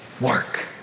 work